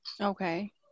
okay